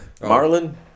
Marlin